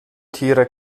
tiere